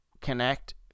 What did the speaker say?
connect